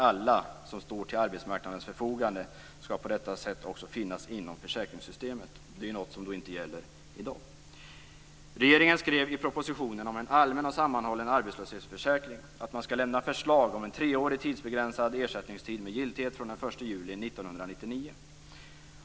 Alla som står till arbetsmarknadens förfogande skall på detta sätt också finnas inom försäkringssystemet. Det är något som inte gäller i dag. Regeringen skrev i propositionen om en allmän och sammanhållen arbetslöshetsförsäkring att förslag skall lämnas om en treårig tidsbegränsad ersättningstid med giltighet från den 1 juli 1999.